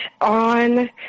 on –